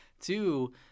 Two